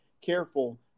Careful